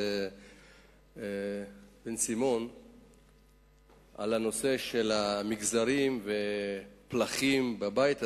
בן-סימון בנושא של מגזרים ופלחים בבית הזה.